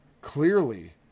clearly